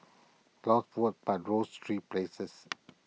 lost votes but rose three places